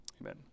Amen